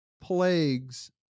plagues